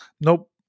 nope